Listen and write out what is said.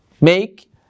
make